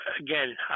again